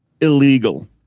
illegal